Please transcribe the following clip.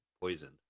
poison